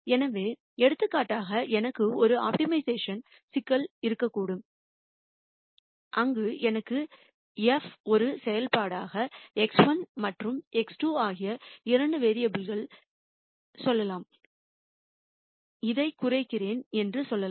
எனவே எடுத்துக்காட்டாக எனக்கு ஒரு ஆப்டிமைசேஷன் சிக்கல் இருக்கக்கூடும் அங்கு எனக்கு f ஒரு செயல்பாடாக x1 மற்றும் x2 ஆகிய இரண்டு வேரியபுல் கள் சொல்லலாம் இதைக் குறைக்கிறேன் என்று சொல்லலாம்